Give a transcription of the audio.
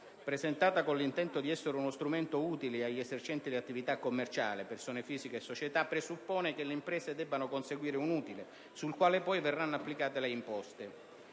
presentata con l'intento di essere uno strumento utile agli esercenti le attività commerciali (persone fisiche e società) presuppone che le imprese debbano conseguire un utile, sul quale poi verranno applicate le imposte.